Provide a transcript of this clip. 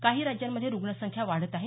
काही राज्यांमध्ये रुग्णसंख्या वाढत आहे